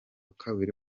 kabiri